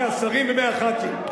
מהשרים ומהח"כים.